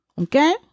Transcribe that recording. Okay